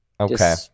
okay